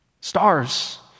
Stars